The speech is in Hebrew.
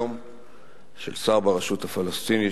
של שר ברשות הפלסטינית,